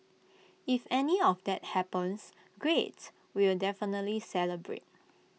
if any of that happens great we will definitely celebrate